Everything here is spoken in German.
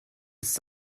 ist